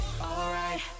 Alright